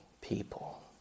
people